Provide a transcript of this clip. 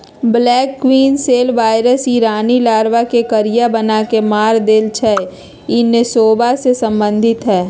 black queen cell virus इ रानी larva के करिया बना के मार देइ छइ इ नेसोमा से सम्बन्धित हइ